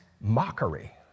mockery